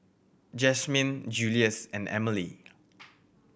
Jasmyn Julious and Emily